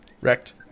Wrecked